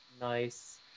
Nice